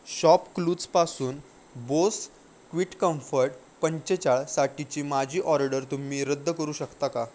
शॉपक्लूजपासून Bose quiet comfort पंचेचाळीससाठीची माझी order तुम्ही रद्द करू शकता का